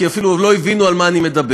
כי אפילו עוד לא הבינו על מה אני מדבר.